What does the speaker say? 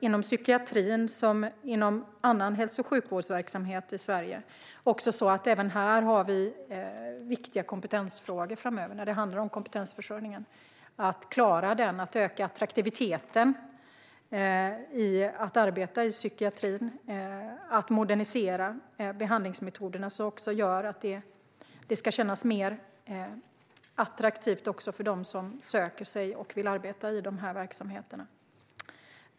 Inom psykiatrin som inom annan hälso och sjukvårdsverksamhet i Sverige har vi viktiga kompetensfrågor framöver när det handlar om kompetensförsörjningen. Det gäller att klara den och öka attraktiviteten i att arbeta i psykiatrin och modernisera behandlingsmetoderna så att det ska kännas mer attraktivt för dem som söker sig till och vill arbeta i verksamheterna.